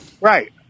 Right